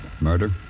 Murder